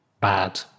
bad